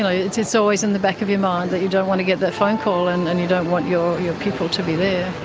ah it's it's always in the back of your mind that you don't want to get that phone call and and you don't want your your people to be there.